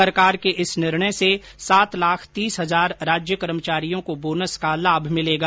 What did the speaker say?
सरकार के इस निर्णय से सात लाख तीस हजार राज्य कर्मचारियों को बोनस का लाभ मिलेगा